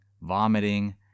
vomiting